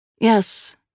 Yes